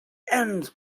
end